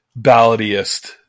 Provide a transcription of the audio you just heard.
balladiest